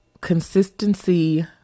consistency